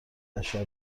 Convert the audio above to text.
بشر